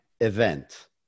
event